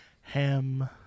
ham